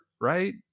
Right